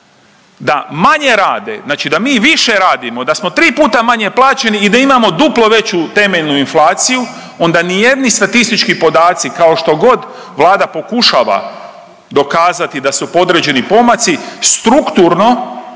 da manje rade znači da mi više radimo, da smo 3 puta manje plaćeni i da imamo duplo veću temeljnu inflaciju onda ni jedni statistički podaci kao što god Vlada pokušava dokazati da u određeni pomaci strukturno,